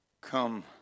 Come